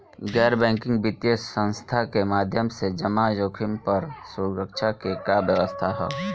गैर बैंकिंग वित्तीय संस्था के माध्यम से जमा जोखिम पर सुरक्षा के का व्यवस्था ह?